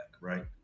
right